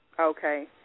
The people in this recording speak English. Okay